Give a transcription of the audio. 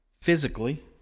physically